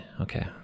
Okay